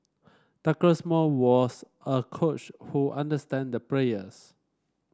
Douglas Moore was a coach who understand the players